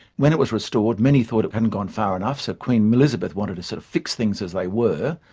then it was restored many thought it hadn't gone far enough so queen elizabeth wanted to sort of fix things as they were,